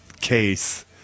case